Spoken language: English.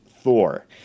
Thor